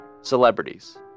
celebrities